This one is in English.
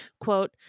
quote